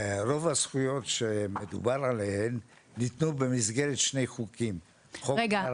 רוב הזכויות שמדובר עליהן ניתנו במסגרת שני חוקים --- רגע,